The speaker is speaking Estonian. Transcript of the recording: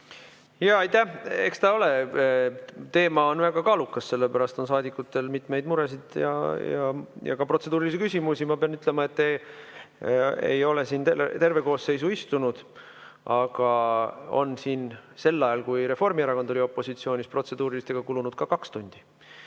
Jaa, aitäh! Eks ta ole. Teema on väga kaalukas, sellepärast on saadikutel mitmeid muresid ja ka protseduurilisi küsimusi. Ma pean ütlema, et te ei ole siin terve koosseisu istunud, aga on siin sel ajal, kui Reformierakond oli opositsioonis, protseduurilistega kulunud ka kaks tundi.